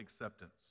acceptance